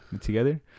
together